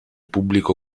pubblico